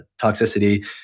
toxicity